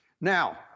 Now